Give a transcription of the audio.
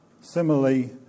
Similarly